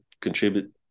contribute